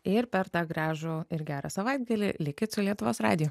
ir per tą gražų ir gerą savaitgalį likit su lietuvos radiju